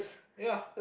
ya